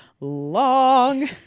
long